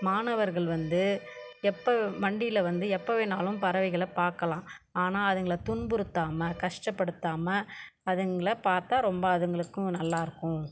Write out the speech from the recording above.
மாணவர்கள் வந்து எப்போ வண்டியில் வந்து எப்போ வேணாலும் பறவைகளை பார்க்கலாம் ஆனால் அதுங்களை துன்புறுத்தாமல் கஷ்டப்படுத்தாமல் அதுங்களை பார்த்தா ரொம்ப அதுங்களுக்கும் நல்லாயிருக்கும்